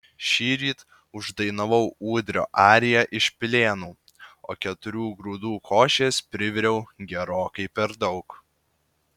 šįryt uždainavau ūdrio ariją iš pilėnų o keturių grūdų košės priviriau gerokai per daug